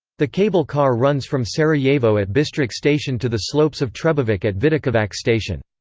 the cable car runs from sarajevo at bistrik station to the slopes of trebevic at vidikovac station.